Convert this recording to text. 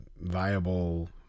viable